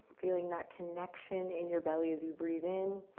feeling that connection in your belly as you breathe in.